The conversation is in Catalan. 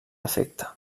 efecte